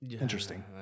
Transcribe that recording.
Interesting